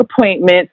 appointments